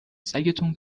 سگتون